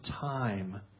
time